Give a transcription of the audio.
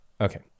Okay